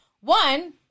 one